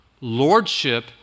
Lordship